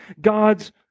God's